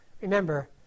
Remember